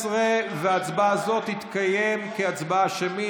12. ההצבעה הזאת תתקיים כהצבעה שמית.